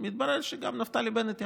מתברר שגם נפתלי בנט יכול.